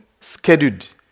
scheduled